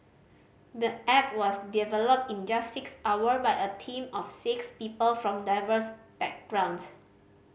the app was developed in just six hour by a team of six people from diverse backgrounds